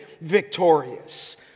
victorious